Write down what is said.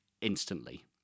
instantly